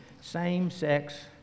same-sex